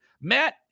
Matt